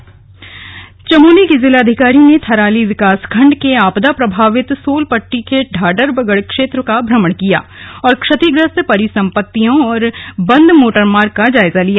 आपदा राहत चमोली की जिलाधिकारी ने थराली विकासखण्ड के आपदा प्रभावित सोलपट्टी के ढाडरबगड़ क्षेत्र का भ्रमण किया और क्षतिग्रस्त परिसंमपत्तियों और बंद मोटर मार्ग का जायजा लिया